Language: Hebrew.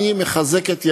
אני מחזק את ידיך,